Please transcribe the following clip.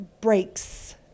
breaks